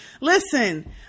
Listen